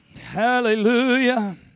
Hallelujah